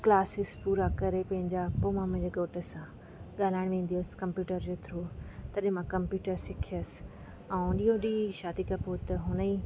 classes पूरा करे पंहिंजा पोइ मां मुंहिंजे घोट सां ॻाल्हाइणु ईंदी हुयसि कंप्यूटर जे थ्रू तॾहिं मां कंप्यूटर सिखियसि ऐं ॾींहों ॾींहुं शादी खां पोइ त हुन ई